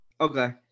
Okay